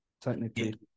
technically